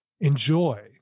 Enjoy